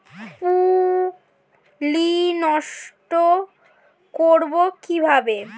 পুত্তলি নষ্ট করব কিভাবে?